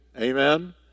Amen